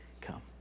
Come